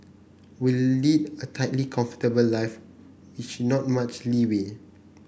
we lead a tightly comfortable life not much leeway